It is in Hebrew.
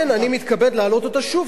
ולכן אני מתכבד להעלות אותה שוב,